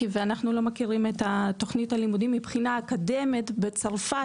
ואנחנו לא מכירים את תוכנית הלימודים מבחינה אקדמית בצרפת,